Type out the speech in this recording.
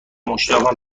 مشتاقم